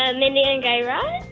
ah mindy and guy raz?